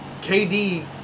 KD